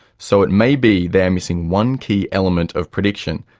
so it may be they are missing one key element of prediction,